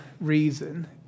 reason